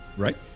Right